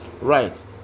right